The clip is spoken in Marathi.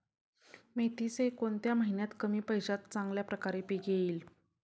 मेथीचे कोणत्या महिन्यात कमी पैशात चांगल्या प्रकारे पीक येईल?